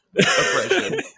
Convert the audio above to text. oppression